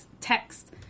text